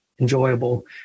enjoyable